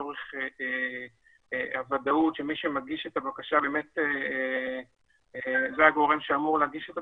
לצורך הוודאות שמי שמגיש את הבקשה זה הגורם שאמור להגיש אותה